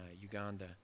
Uganda